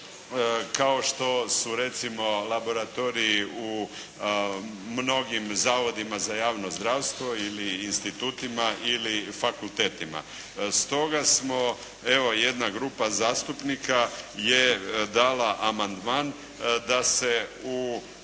kao što su recimo laboratorij u mnogim zavodima za javno zdravstvo ili institutima ili fakultetima. Stoga smo, evo jedna grupa zastupnika je dala amandman da se